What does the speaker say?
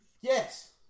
Yes